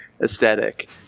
aesthetic